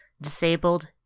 disabled